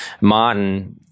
Martin